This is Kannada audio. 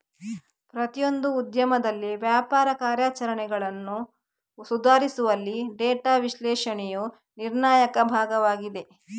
ಪ್ರತಿಯೊಂದು ಉದ್ಯಮದಲ್ಲಿ ವ್ಯಾಪಾರ ಕಾರ್ಯಾಚರಣೆಗಳನ್ನು ಸುಧಾರಿಸುವಲ್ಲಿ ಡೇಟಾ ವಿಶ್ಲೇಷಣೆಯು ನಿರ್ಣಾಯಕ ಭಾಗವಾಗಿದೆ